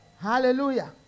Hallelujah